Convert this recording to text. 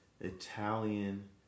Italian